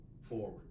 forward